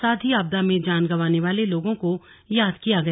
साथ ही आपदा में जान गंवाने वाले लोगों को याद किया गया